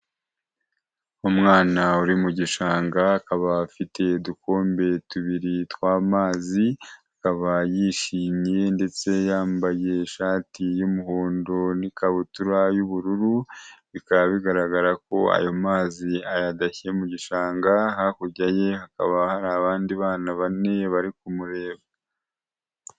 Umwana uri mu gishanga, akaba afite udukombe tubiri tw'amazi, akaba yishimye ndetse yambaye ishati y'umuhondo n'ikabutura y'ubururu, bikaba bigaragara ko ayo mazi ayadashye mu gishanga, hakurya ye hakaba hari abandi bana bane bari kumureba.